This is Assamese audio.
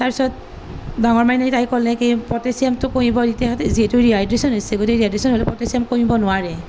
তাৰ পিছত ডাঙৰ মাইনাই তাই ক'লে কি পটেছিয়ামটো কমিবই এতিয়া যিহেতু ড্ৰীহাইড্ৰেচন হৈছে গতিকে ড্ৰীহাইড্ৰেচন হ'লে পটেছিয়াম কমিব নোৱাৰে